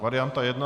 Varianta jedna.